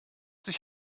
sich